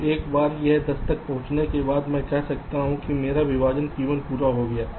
तो एक बार यह 10 तक पहुंचने के बाद मैं कह सकता हूं कि मेरा विभाजन P1 पूरा हो गया है